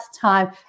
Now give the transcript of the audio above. time